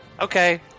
Okay